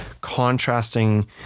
contrasting